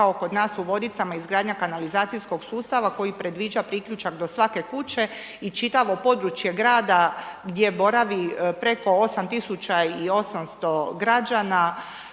kao kod nas u Vodicama izgradnja kanalizacijskog sustava koji predviđa priključak do svake kuće i čitavo područje grada gdje boravi preko 8 800 građana,